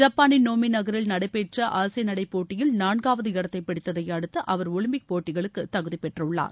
ஜப்பானின் நோமி நகரில் நடைபெற்ற ஆசிய நடைப் போட்டியில் நான்காவது இடத்தை பிடித்ததை அடுத்து அவர் ஒலிம்பிக் போட்டிகளுக்கு தகுதி பெற்றுள்ளார்